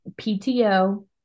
PTO